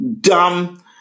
Dumb